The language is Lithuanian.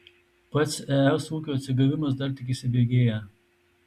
pats es ūkio atsigavimas dar tik įsibėgėja